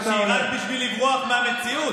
שהיא רק בשביל לברוח מהמציאות,